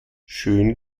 schön